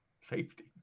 safety